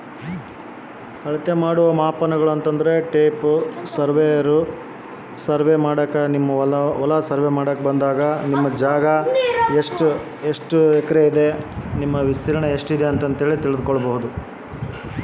ಅಳತೆ ಮಾಡುವ ಮಾಪನಗಳು ಕೃಷಿ ಕ್ಷೇತ್ರ ಅದರ ಮಹತ್ವ ಏನು ಅಂತ ನಮಗೆ ಸ್ವಲ್ಪ ತಿಳಿಸಬೇಕ್ರಿ?